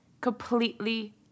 completely